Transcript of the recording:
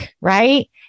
right